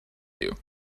you